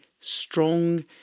strong